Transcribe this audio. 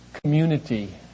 Community